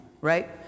right